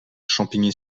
champigny